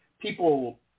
people